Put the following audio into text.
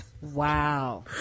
wow